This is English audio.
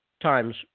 Time's